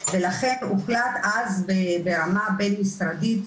ולכן הוחלט אז ברמה בין משרדית,